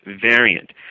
variant